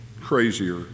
crazier